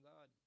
God